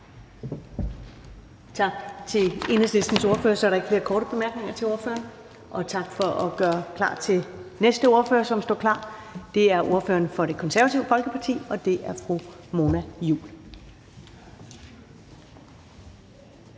Tak til Enhedslistens ordfører. Så er der ikke flere korte bemærkninger til ordføreren. Og tak for at gøre klar til næste ordfører, som står parat. Det er ordføreren for Det Konservative Folkeparti, og det er fru Mona Juul.